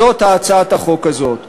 זאת הצעת החוק הזאת.